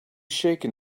shaken